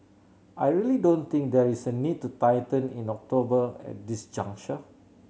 I really don't think there is a need to tighten in October at this juncture